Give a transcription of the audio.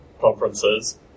conferences